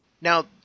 Now